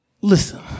listen